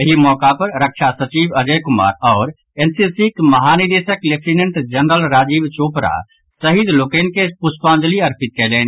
एहि मौका पर रक्षा सचिव अजय कुमार आओर एनसीसीक महानिदेशक लेफ्टिनेंट जनरल राजीव चोपड़ा शहीद लोकनि के पुष्पांजलि अर्पित कयलनि